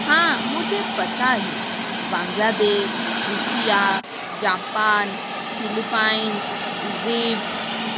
हाँ मुझे पता हहे Bangladesh Russia Japan Philippines Egypt